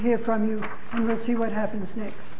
hear from you see what happens next